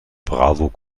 bravo